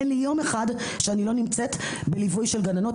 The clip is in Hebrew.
אין יום אחד שאני לא נמצאת בליווי של גננות.